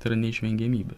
tai yra neišvengiamybe